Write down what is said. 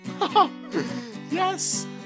Yes